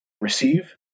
receive